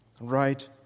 Right